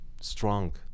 strong